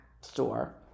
store